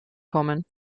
kommen